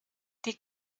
die